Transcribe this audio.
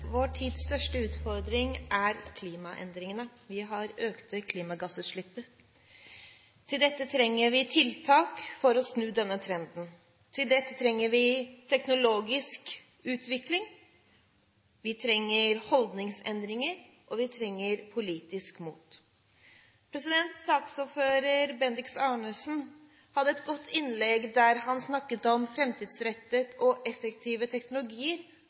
Vår tids største utfordring er klimaendringene. Vi har økte klimagassutslipp. Til dette trenger vi tiltak for å snu denne trenden. Til dette trenger vi teknologisk utvikling, vi trenger holdningsendringer, og vi trenger politisk mot. Saksordfører Bendiks H. Arnesen hadde et godt innlegg der han snakket om framtidsrettede og effektive teknologier